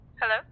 Hello